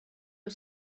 you